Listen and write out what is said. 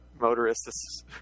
motorists